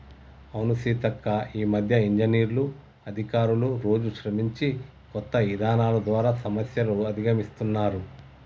అవును సీతక్క ఈ మధ్య ఇంజనీర్లు అధికారులు రోజు శ్రమించి కొత్త ఇధానాలు ద్వారా సమస్యలు అధిగమిస్తున్నారు